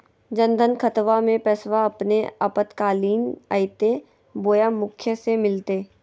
जन धन खाताबा में पैसबा अपने आपातकालीन आयते बोया मुखिया से मिलते?